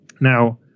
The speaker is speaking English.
Now